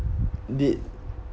the